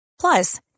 Plus